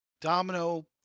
Domino